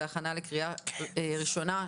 בהכנה לקריאה ראשונה.